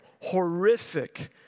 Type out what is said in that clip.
horrific